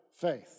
faith